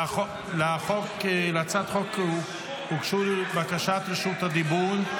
להצעת החוק הוגשו בקשות רשות דיבור.